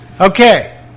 Okay